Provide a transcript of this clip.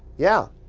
yeah.